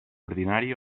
ordinari